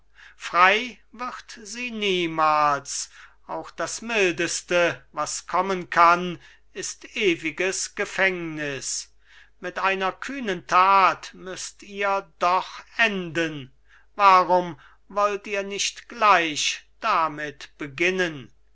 frei wird sie niemals auch das mildeste was kommen kann ist ewiges gefängnis mit einer kühnen tat müßt ihr doch enden warum wollt ihr nicht gleich damit beginnen